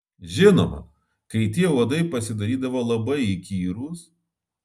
žinoma kai tie uodai pasidarydavo labai įkyrūs